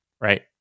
right